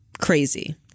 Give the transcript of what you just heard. crazy